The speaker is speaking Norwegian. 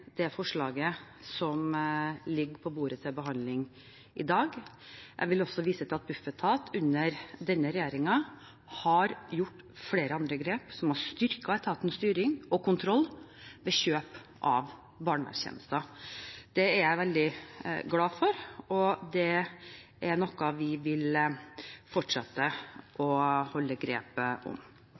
det forslaget som ligger på bordet til behandling i dag. Jeg vil også vise til at Bufetat under denne regjeringen har gjort flere andre grep som har styrket etatens styring og kontroll ved kjøp av barnevernstjenester. Det er jeg veldig glad for, og det er noe vi vil fortsette å holde grep om.